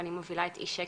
ואני מובילה את "אי שקט",